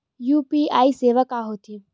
UPI सेवा का होथे?